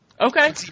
Okay